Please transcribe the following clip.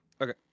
Okay